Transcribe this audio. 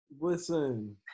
Listen